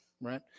right